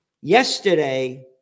Yesterday